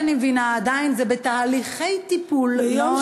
ממה שאני מבינה זה עדיין בתהליכי טיפול שלא נגמרים.